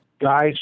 Guys